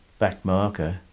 backmarker